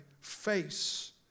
face